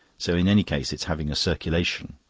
so in any case it's having a circulation.